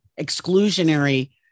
exclusionary